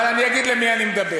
אבל אני אגיד אל מי אני מדבר,